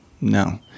no